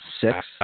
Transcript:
six